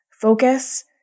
Focus